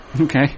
Okay